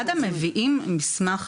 מד"א הרי מביאים מסמך,